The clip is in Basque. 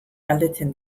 galdetzen